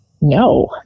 No